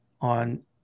on